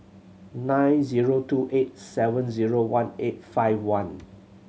nine zero two eight seven zero one eight five one